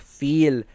feel